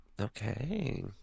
Okay